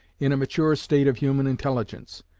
in a mature state of human intelligence.